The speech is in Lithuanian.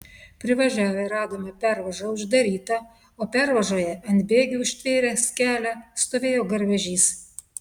privažiavę radome pervažą uždarytą o pervažoje ant bėgių užtvėręs kelią stovėjo garvežys